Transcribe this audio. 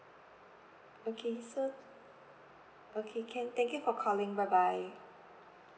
okay so okay can thank you for calling bye bye